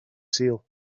sul